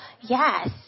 Yes